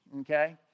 Okay